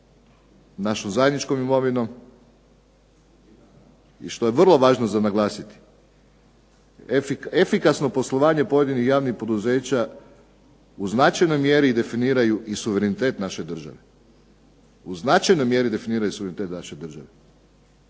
našom zajedničkom imovinom i što je vrlo važno za naglasiti efikasno poslovanje pojedinih javnih poduzeća u značajnoj mjeri definiraju i suverenitet naše države. U značajnoj mjeri definiraju suverenitet naše države,